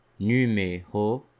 numéro